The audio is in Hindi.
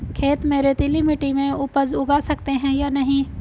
खेत में रेतीली मिटी में उपज उगा सकते हैं या नहीं?